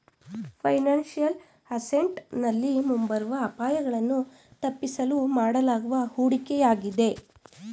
financial asset ನಲ್ಲಿ ಮುಂಬರುವ ಅಪಾಯಗಳನ್ನು ತಪ್ಪಿಸಲು ಮಾಡಲಾಗುವ ಹೂಡಿಕೆಯಾಗಿದೆ